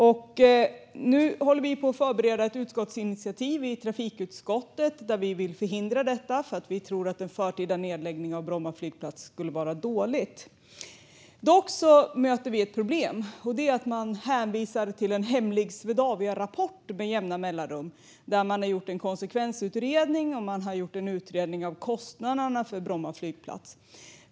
Nu håller trafikutskottet på att förbereda ett utskottsinitiativ för att förhindra detta. Vi tror att en förtida nedläggning av Bromma flygplats skulle vara dålig. Dock möter vi ett problem, nämligen att man med jämna mellanrum hänvisar till en hemlig Swedaviarapport. Det har gjorts en konsekvensutredning, bland annat en utredning av kostnaderna för Bromma flygplats.